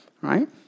right